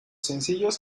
sencillos